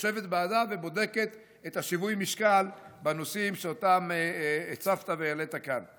יושבת ועדה ובודקת את שיווי המשקל בנושאים שאותם הצפת והעלית כאן.